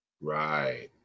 Right